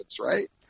right